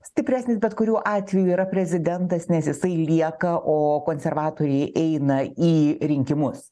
stipresnis bet kuriuo atveju yra prezidentas nes jisai lieka o konservatoriai eina į rinkimus